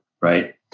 Right